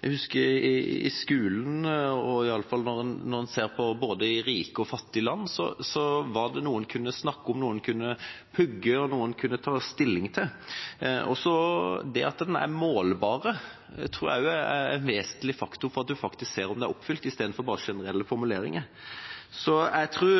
en kunne snakke om, noe en kunne pugge og noe en kunne ta stilling til. Og det at de er målbare, tror jeg også er en vesentlig faktor for at en faktisk ser om de er oppfylt, istedenfor at det bare er generelle formuleringer. Jeg tror